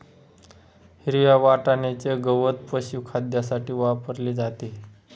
हिरव्या वाटण्याचे गवत पशुखाद्यासाठी वापरले जाते